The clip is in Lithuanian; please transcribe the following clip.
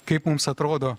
kaip mums atrodo